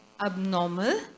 abnormal